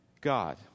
God